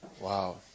Wow